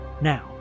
Now